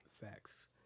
Facts